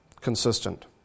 consistent